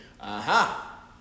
Aha